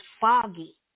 foggy